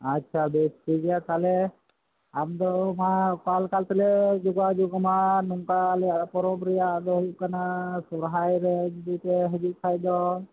ᱟᱪᱪᱷᱟ ᱵᱮᱥ ᱴᱷᱤᱠ ᱜᱮᱭᱟ ᱛᱟᱦᱚᱞᱮ ᱟᱢ ᱫᱚ ᱢᱟ ᱚᱠᱟᱞᱮᱠᱟ ᱛᱮᱞᱮ ᱡᱚᱜᱟᱡᱳᱜ ᱟᱢᱟ ᱱᱚᱝᱠᱟ ᱟᱞᱮᱭᱟᱜ ᱯᱚᱨᱚᱵᱽ ᱨᱮᱭᱟᱜ ᱫᱚ ᱦᱩᱭᱩᱜ ᱠᱟᱱᱟ ᱥᱚᱦᱚᱨᱟᱭ ᱨᱮ ᱡᱩᱫᱤ ᱯᱮ ᱦᱤᱡᱩᱜ ᱠᱷᱟᱡ ᱫᱚ